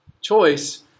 choice